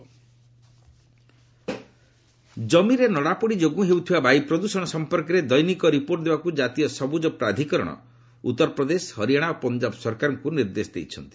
NGT crop burning ଜମିରେ ନଡ଼ା ପୋଡ଼ି ଯୋଗୁଁ ହେଉଥିବା ବାୟୁ ପ୍ରଦୂଷଣ ସଂପର୍କରେ ଦୈନିକ ରିପୋର୍ଟ ଦେବାକୁ ଜାତୀୟ ସବୁଜ ପ୍ରାଧିକରଣ ଉତ୍ତରପ୍ରଦେଶ ହରିଆଣା ଓ ପଞ୍ଜାବ ସରକାରଙ୍କୁ ନିର୍ଦ୍ଦେଶ ଦେଇଛନ୍ତି